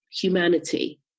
humanity